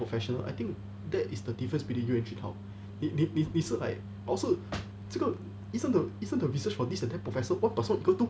professional I think that is the difference between you and jun hao 你你你是 like 老师这个 isn't the isn't the research for this and that professor one plus one equal two